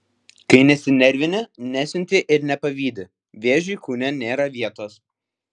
kai nesinervini nesiunti ir nepavydi vėžiui kūne nėra vietos